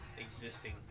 existing